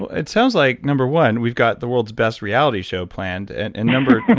it sounds like, number one, we've got the world's best reality show planned, and number two,